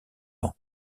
ans